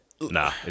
Nah